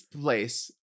Place